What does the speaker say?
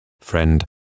friend